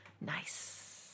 Nice